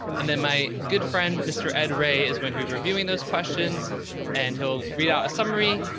and then my good friend, mr. ed ray, is going to be reviewing those questions and he'll read out a summary.